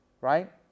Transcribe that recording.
right